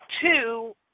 two